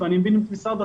ואני מבין את משרד החינוך,